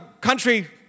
country